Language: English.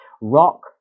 rock